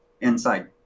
inside